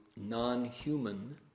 non-human